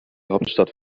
hauptstadt